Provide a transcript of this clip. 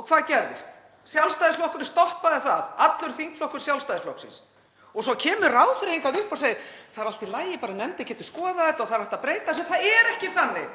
Og hvað gerðist? Sjálfstæðisflokkurinn stoppaði það, allur þingflokkur Sjálfstæðisflokksins. Svo kemur ráðherra hingað upp og segir: Það er allt í lagi, nefndin getur bara skoðað þetta, það er hægt að breyta þessu. Það er ekki þannig.